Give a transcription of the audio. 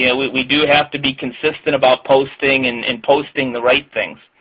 yeah we we do have to be consistent about posting and and posting the right things.